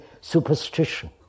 superstition